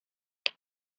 can